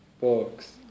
Books